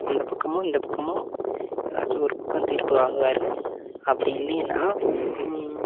அந்தப் பக்கமும் இந்தப் பக்கமும் எதாச்சும் ஒரு பக்கம் தீர்ப்பு வழங்குவாரு அப்படி இல்லைன்னால்